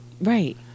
Right